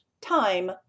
time